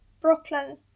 Brooklyn